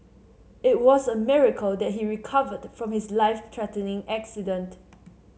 it was a miracle that he recovered from his life threatening accident